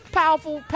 powerful